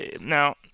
Now